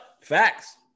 facts